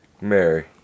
Mary